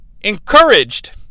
Encouraged